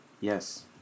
Yes